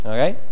Okay